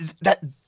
that